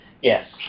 Yes